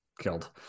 killed